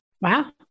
Wow